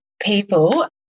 people